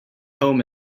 home